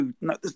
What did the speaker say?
no